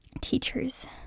teachers